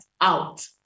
out